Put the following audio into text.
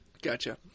Gotcha